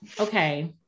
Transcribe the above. okay